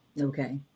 Okay